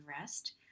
rest